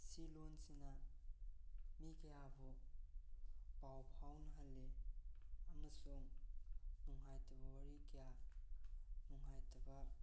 ꯁꯤ ꯂꯣꯟꯁꯤꯅ ꯃꯤ ꯀꯌꯥꯕꯨ ꯄꯥꯎ ꯐꯥꯎꯅꯍꯜꯂꯤ ꯑꯃꯁꯨꯡ ꯅꯨꯡꯉꯥꯏꯇꯕ ꯋꯥꯔꯤ ꯀꯌꯥ ꯅꯨꯡꯉꯥꯏꯇꯕ